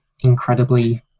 incredibly